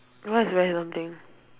what is rice dumpling